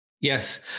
Yes